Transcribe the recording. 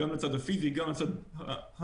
גם לצד הפיזי וגם לצד הנפשי.